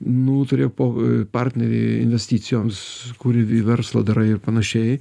nu turėk po partnerį investicijoms kuri vi verslą darai ir panašiai